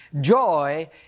Joy